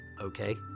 Okay